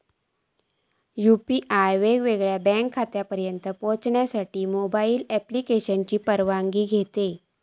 UPI वेगवेगळ्या bank खात्यांपर्यंत पोहचण्यासाठी मोबाईल ॲप्लिकेशनची परवानगी घेता